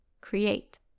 create